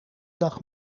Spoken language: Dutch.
dag